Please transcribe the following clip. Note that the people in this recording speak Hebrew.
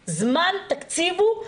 תתנו זמן, תקציבו,